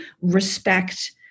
respect